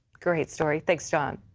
great story. thanks, john.